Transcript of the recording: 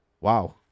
Wow